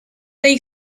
they